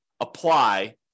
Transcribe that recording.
apply